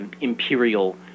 imperial